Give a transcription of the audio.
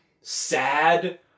sad